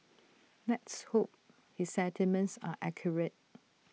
let's hope his sentiments are accurate